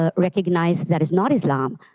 ah recognize that is not islam,